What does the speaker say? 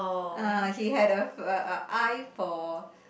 uh he had a eye for